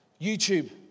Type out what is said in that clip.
YouTube